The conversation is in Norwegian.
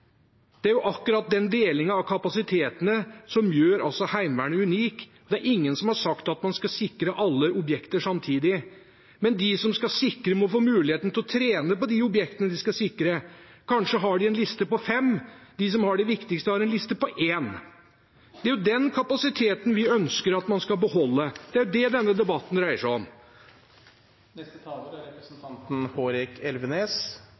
Det er jo akkurat den delingen av kapasitetene som gjør Heimevernet unikt. Det er ingen som har sagt at man skal sikre alle objekter samtidig, men de som skal sikre, må få mulighet til å trene på de objektene de skal sikre. Kanskje har de en liste på fem. De som har de viktigste, har en liste på ett. Det er den kapasiteten vi ønsker at man skal beholde. Det er det denne debatten dreier seg om. Den logiske konsekvensen av innleggene fra representantene fra Senterpartiet er